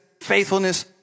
faithfulness